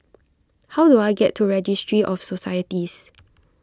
how do I get to Registry of Societies